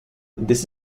this